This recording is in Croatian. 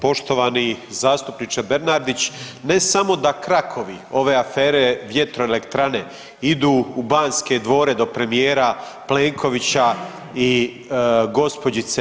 Poštovani zastupniče Bernardić, ne samo da krakovi ove afere vjetroelektrane idu u Banske dvore do premijera Plenkovića i gđice.